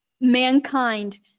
mankind